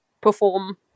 perform